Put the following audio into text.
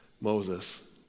Moses